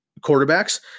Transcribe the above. quarterbacks